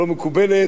בדרך לא ראויה,